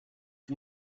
you